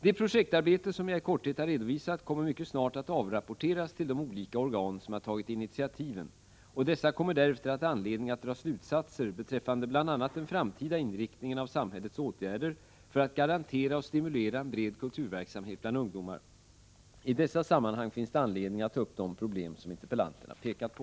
Det projektarbete som jag i korthet har redovisat kommer mycket snart att avrapporteras till de olika organ som har tagit initiativen och dessa kommer därför att ha anledning att dra slutsatser beträffande bl.a. den framtida inriktningen av samhällets åtgärder för att garantera och stimulera en bred kulturverksamhet bland ungdomar. I dessa sammanhang finns det anledning att ta upp de problem som interpellanten har pekat på.